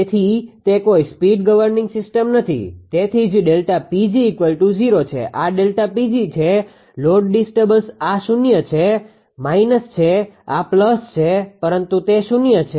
તેથી તે કોઈ સ્પીડ ગવર્નીંગ સીસ્ટમ નથી તેથી જ Δ𝑃𝑔0 છે આ Δ𝑃𝑔 છે લોડ ડિસ્ટર્બન આ માઈનસ છે આ પ્લસ છે પરંતુ તે શૂન્ય છે